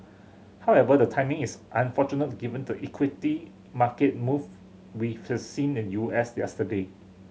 however the timing is unfortunate given the equity market move we could seen in the U S yesterday